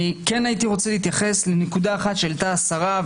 כן הייתי רוצה להתייחס לנקודה אחת שהעלית השרה,